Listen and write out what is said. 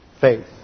faith